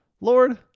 Lord